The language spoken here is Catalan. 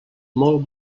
molt